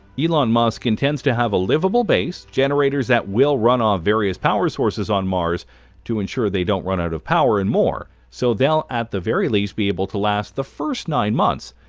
elon musk intends to have a livable base, generators that will run off of various power sources on mars to ensure they don't run out of power, and more. so they'll at the very least be able to last the first nine months.